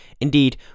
Indeed